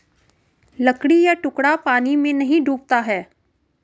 लकड़ी का टुकड़ा पानी में नहीं डूबता है